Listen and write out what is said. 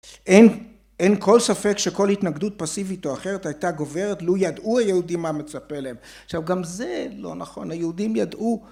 אין, אין כל ספק שכל התנגדות פסיבית או אחרת הייתה גוברת לו ידעו היהודים מה מצפה להם. עכשיו, גם זה לא נכון, היהודים ידעו